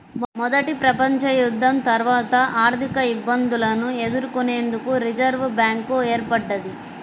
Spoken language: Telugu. మొదటి ప్రపంచయుద్ధం తర్వాత ఆర్థికఇబ్బందులను ఎదుర్కొనేందుకు రిజర్వ్ బ్యాంక్ ఏర్పడ్డది